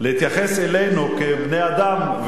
להתייחס אלינו כבני-אדם.